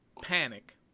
panic